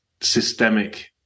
systemic